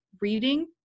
reading